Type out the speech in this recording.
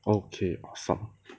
okay awesome